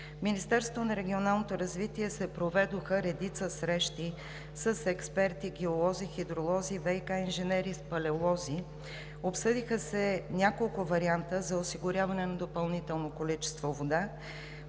Министерството на регионалното развитие и благоустройството се проведоха редица срещи с експерти, геолози, хидролози, ВиК-инженери, спалеолози, обсъдиха се няколко варианта за осигуряване на допълнително количество вода.